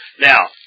Now